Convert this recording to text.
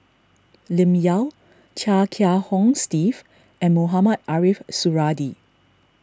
Lim Yau Chia Kiah Hong Steve and Mohamed Ariff Suradi